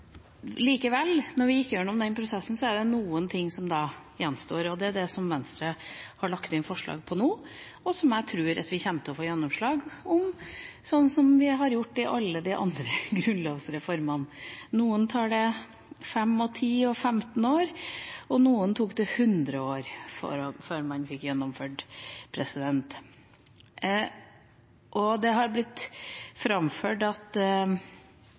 Likevel, etter å ha gått igjennom den prosessen, er det noen ting som gjenstår, og det er det som Venstre har lagt inn forslag på nå, og som jeg tror at vi kommer til å få gjennomslag for, sånn som vi har gjort i alle de andre grunnlovsreformene. Noen tar det 5, 10 og 15 år å gjennomføre, og noen tok det 100 år før man fikk gjennomført. Det har blitt framført at